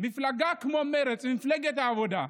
שמפלגה כמו מרצ, מפלגת העבודה,